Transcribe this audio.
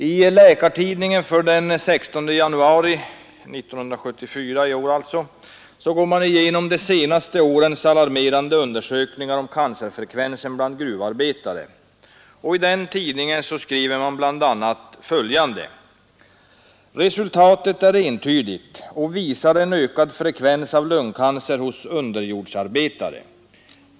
I Läkartidningen av den 16 januari 1974 går man igenom de senaste årens alarmerande undersökningar av cancerfrekvensen bland gruvarbetare och skriver bl.a. följande: ”Resultatet är entydigt och visar en ökad frekvens av lungcancer hos underjordsarbetare.